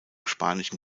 spanischen